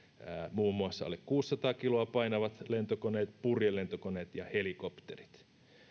muun muassa alle kuusisataa kiloa painavat lentokoneet purjelentokoneet ja helikopterit